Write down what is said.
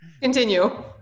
continue